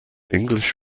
english